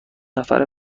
نفر